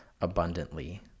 abundantly